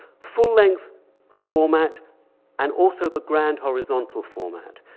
full-length format and also the grand horizontal format.